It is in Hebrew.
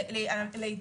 לעיתים,